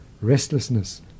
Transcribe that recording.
restlessness